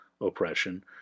oppression